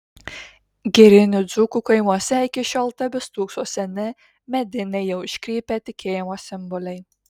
girinių dzūkų kaimuose iki šiol tebestūkso seni mediniai jau iškrypę tikėjimo simboliai